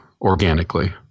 organically